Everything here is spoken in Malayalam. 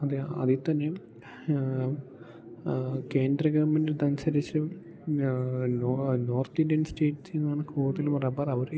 അത് അതിൽതന്നെയും കേന്ദ്രഗവൺമെൻ്റിൻ്റെ അനുസരിച്ച് നോർത്ത് ഇന്ത്യൻ സ്റ്റേറ്റ്സിൽ നിന്നാണ് കൂടുതലും റബ്ബർ അവർ ഈ